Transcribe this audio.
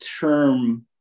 term